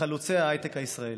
מחלוצי ההייטק הישראלי.